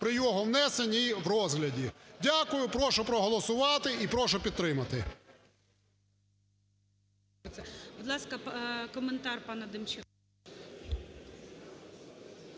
при його внесенні і в розгляді. Дякую. Прошу проголосувати і прошу підтримати.